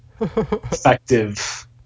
effective